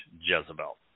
jezebel